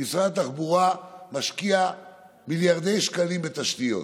משרד התחבורה משקיע מיליארדי שקלים בתשתיות.